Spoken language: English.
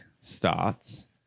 starts